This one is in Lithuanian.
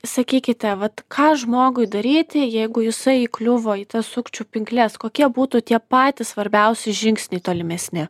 sakykite vat ką žmogui daryti jeigu jisai įkliuvo į tas sukčių pinkles kokie būtų tie patys svarbiausi žingsniai tolimesni